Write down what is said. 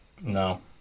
No